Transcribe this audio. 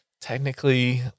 technically